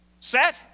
set